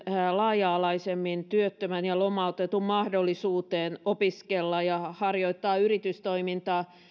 laaja alaisemmin keskustelua liittyen työttömän ja lomautetun mahdollisuuteen opiskella ja harjoittaa yritystoimintaa